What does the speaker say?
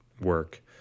work